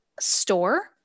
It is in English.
store